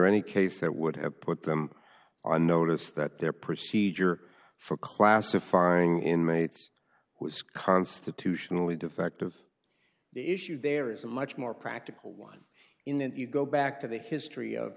any case that would have put them on notice that their procedure for class of farming inmates was constitutionally defective the issue there is a much more practical one in that you go back to the history of